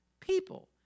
people